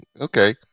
okay